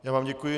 Já vám děkuji.